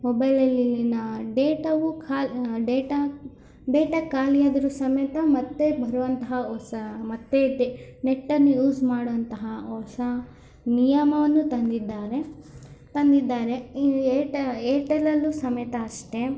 ಮೊಬೈಲಲ್ಲಿನ ಡೇಟಾವು ಖಾ data data ಖಾಲಿಯಾದರೂ ಸಮೇತ ಮತ್ತೆ ಬರುವಂತಹ ಹೊಸ ಮತ್ತೆ ನೆಟ್ಟನ್ನು ಯೂಸ್ ಮಾಡೋಂತಹ ಹೊಸ ನಿಯಮವನ್ನು ತಂದಿದ್ದಾರೆ ತಂದಿದ್ದಾರೆ ಈ ಏರ್ಟೆಲ್ಲಲ್ಲು ಸಮೇತ ಅಷ್ಟೇ